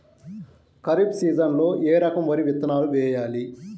ఖరీఫ్ సీజన్లో ఏ రకం వరి విత్తనాలు వేయాలి?